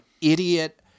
idiot